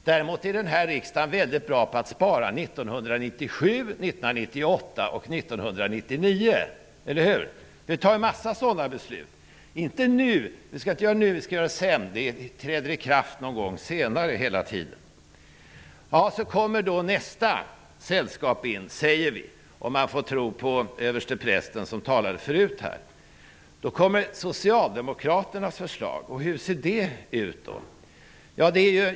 Däremot är den här riksdagen bra på att spara 1997, 1998 och 1999, eller hur? vi fattar en massa sådana beslut. Vi skall inte göra någonting nu; vi skall göra det sedan. Besluten träder alltid i kraft någon gång senare. Sedan kommer nästa sällskap in, om man får tro den överstepräst som talade förut. Då kommer socialdemokraternas förslag. Hur ser det ut?